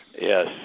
yes